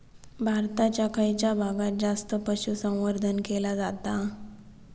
भारताच्या खयच्या भागात जास्त पशुसंवर्धन केला जाता?